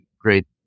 great